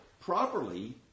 properly